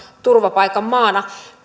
turvapaikan maana